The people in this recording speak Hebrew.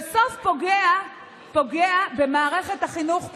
בסוף זה פוגע במערכת החינוך,